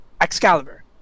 Excalibur